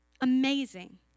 Amazing